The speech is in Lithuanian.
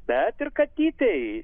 bet ir katytei